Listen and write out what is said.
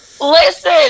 Listen